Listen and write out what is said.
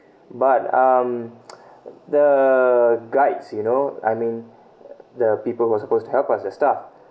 but um the guides you know I mean the people was supposed to help as a staff